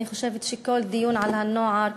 אני חושבת שכל דיון על הנוער,